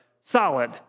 solid